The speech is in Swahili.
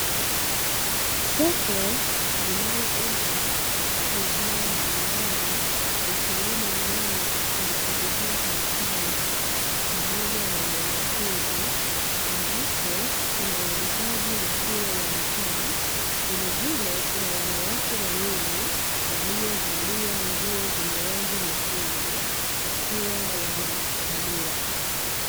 Soko linalouza bidhaa mbalimbali, ikiwemo: nyanya, pilipili hoho, karoti pamoja na nyanya chungu, ambapo kuna wauzaji wakiwa wamekaa, vilevile kuna wanawake wawili waliovalia nguo zenye rangi nyekundu wakiwa wanachagua.